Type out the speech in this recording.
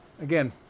Again